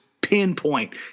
pinpoint